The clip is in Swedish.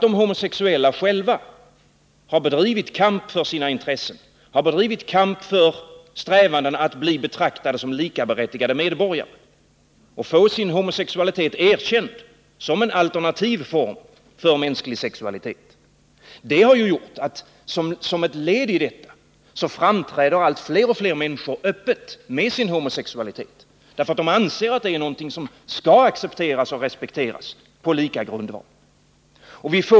De homosexuella har själva bedrivit kamp för sina intressen, för att bli betraktade som likaberättigade medborgare och få sin homosexualitet erkänd som en alternativ form för mänsklig sexualitet, och som ett led i detta framträder allt fler människor öppet med sin homosexualitet. De anser nämligen att denna skall accepteras på likaberättigad grund.